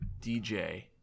DJ